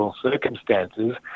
circumstances